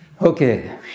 Okay